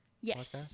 yes